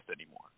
anymore